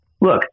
look